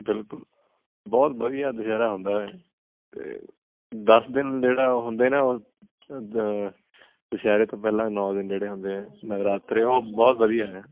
ਬਿਲਕੁਲ ਬਹੁਤ ਵਧੀਆ ਦੁਸਹਿਰਾ ਹੁੰਦਾ ਹੈ ਅਤੇ ਦਸ ਦਿਨ ਜਿਹੜਾ ਹੁੰਦੇ ਨੇ ਉਹ ਦ ਦੁਪਹਿਰੇ ਤੋਂ ਪਹਿਲਾ ਨੌਂ ਦਿਨ ਜਿਹੜੇ ਹੁੰਦੇ ਹੈ ਨਵਰਾਤਰੇ ਉਹ ਬਹੁਤ ਵਧੀਆ ਹੈ